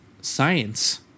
science